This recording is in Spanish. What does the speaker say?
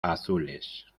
azules